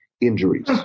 injuries